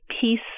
peace